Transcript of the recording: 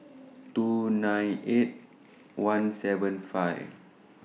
two nine eight one seven five